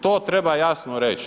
To treba jasno reć.